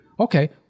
Okay